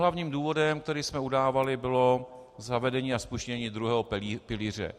Hlavním důvodem, který jsme udávali, bylo zavedení a spuštění druhého pilíře.